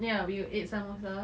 ya we ate samosa